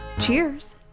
Cheers